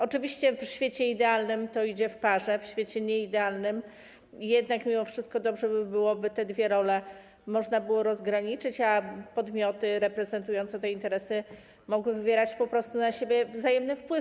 Oczywiście w świecie idealnym to idzie w parze, w świecie nieidealnym jednak mimo wszystko dobrze by było, by te dwie role można było rozgraniczyć, a podmioty reprezentujące te interesy mogły wywierać na siebie wzajemny wpływ.